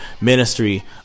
ministry